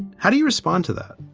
and how do you respond to that?